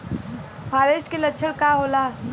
फारेस्ट के लक्षण का होला?